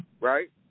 Right